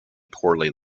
poorly